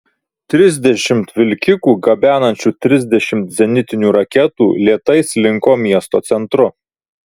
trisdešimt vilkikų gabenančių trisdešimt zenitinių raketų lėtai slinko miesto centru